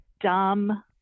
dumb